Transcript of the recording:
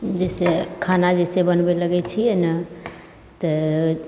जैसे खाना जे छै बनबै लगैत छियै ने तऽ